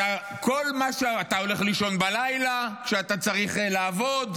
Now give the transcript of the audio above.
אתה הולך לישון בלילה כשאתה צריך לעבוד.